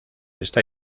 esta